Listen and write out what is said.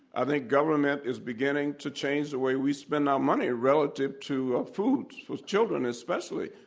i think government is beginning to change the way we spend our money relative to foods, with children especially.